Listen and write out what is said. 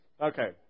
Okay